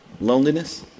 loneliness